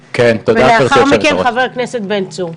לאחר מכן חבר הכנסת בן צור.